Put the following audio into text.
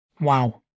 Wow